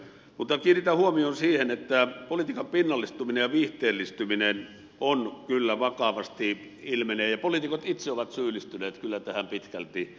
mutta kiinnitän huomion siihen että politiikan pinnallistumista ja viihteellistymistä kyllä vakavasti ilmenee ja poliitikot itse ovat syyllistyneet tähän pitkälti